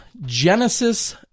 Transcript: Genesis